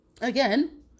again